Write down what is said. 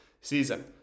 season